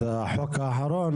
החוק האחרון,